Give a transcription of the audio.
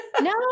No